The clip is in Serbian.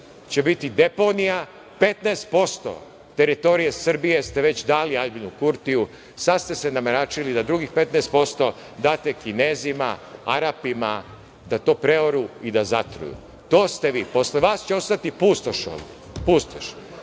će biti deponija. Petnaest posto teritorije Srbije ste već dali Aljbinu Kurtiju. Sad ste se nameračili na drugih 15%, date Kinezima, Arapima da to preoru i da zatruju. To ste vi. Posle vas će ostati pustoš